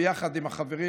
ביחד עם החברים,